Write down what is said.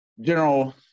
general